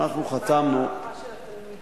מה עם ההערכה של התלמידים?